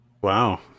Wow